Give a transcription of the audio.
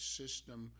system